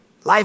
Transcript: Life